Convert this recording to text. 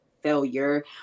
failure